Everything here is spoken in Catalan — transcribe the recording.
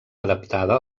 adaptada